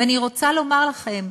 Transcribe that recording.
ואני רוצה לומר לכם,